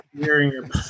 hearing